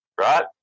right